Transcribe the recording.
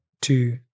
two